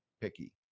picky